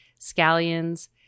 scallions